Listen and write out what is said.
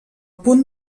punt